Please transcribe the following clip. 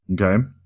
Okay